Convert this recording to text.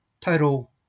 Total